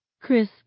Chris